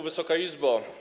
Wysoka Izbo!